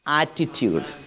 attitude